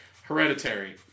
Hereditary